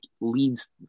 leads